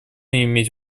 иметь